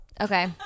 Okay